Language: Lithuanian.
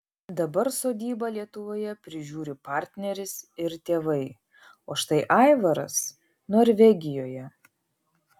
dabar sodybą lietuvoje prižiūri partneris ir tėvai o štai aivaras norvegijoje